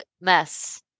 mess